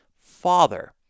Father